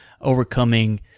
overcoming